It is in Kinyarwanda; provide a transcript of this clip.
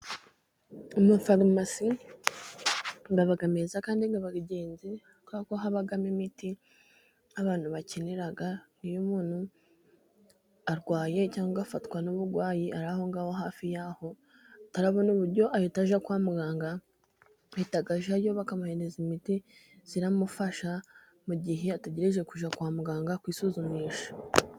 Amafarumasi aba meza kandi aba ingenzi kuko habamo imiti abantu bakenera. Iyo umuntu arwaye cyangwa agafatwa n'uburwayi ari aho ngaho hafi yaho, atarabona uburyo ahita ajya kwa muganga, ahita ajyayo bakamuhereza imiti iramufasha, mu gihe ategereje kujya kwa muganga kwisuzumisha.